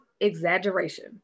exaggeration